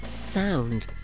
sound